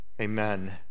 amen